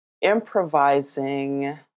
improvising